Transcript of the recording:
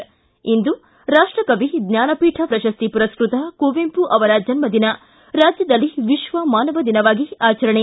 ಿ ಇಂದು ರಾಷ್ಟಕವಿ ಜ್ವಾನಪೀಠ ಪ್ರಶಸ್ತಿ ಪುರಸ್ಟತ ಕುವೆಂಪು ಅವರ ಜನ್ದದಿನ ರಾಜ್ಯದಲ್ಲಿ ವಿಶ್ವಮಾನವ ದಿನವಾಗಿ ಆಚರಣೆ